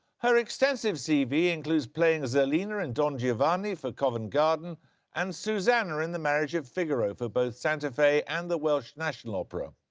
her extensive cv includes playing zerlina in don giovanni for covent garden and susanna in the marriage of figaro for both santa fe and the welsh national opera.